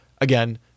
again